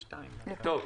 טוב.